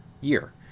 year